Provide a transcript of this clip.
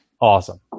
awesome